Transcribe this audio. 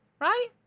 right